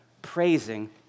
Praising